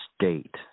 state